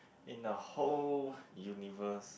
in the whole universe